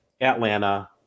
Atlanta